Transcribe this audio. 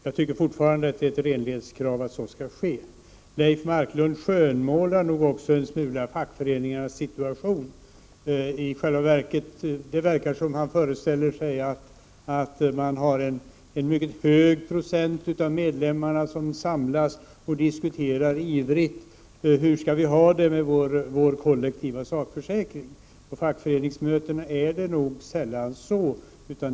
Jag tycker fortfarande att det är ett renlighetskrav att så skall ske. Leif Marklund skönmålar nog också en smula fackföreningarnas situation. Det verkar som om han föreställde sig att en mycket stor procentandel av medlemmarna samlas och ivrigt diskuterar hur de skall ha det med sin kollektiva sakförsäkring. På fackföreningsmötena är det nog sällan så.